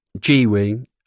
G-Wing